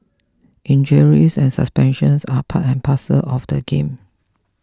injuries and suspensions are part and parcel of the game